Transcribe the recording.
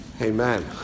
Amen